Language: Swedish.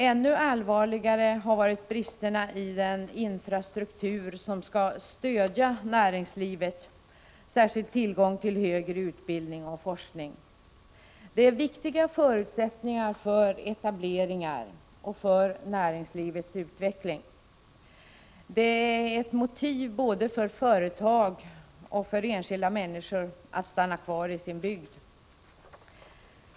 Ännu allvarligare har varit bristerna i den infrastruktur som skall stödja näringslivet, särskilt tillgång till högre utbildning och forskning. Utbildning och forskning är viktiga förutsättningar för etableringar och för näringslivets utveckling. De är ett motiv både för företag och för enskilda människor att stanna kvar i sin bygd.